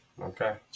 Okay